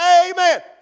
Amen